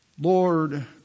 Lord